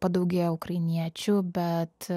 padaugėjo ukrainiečių bet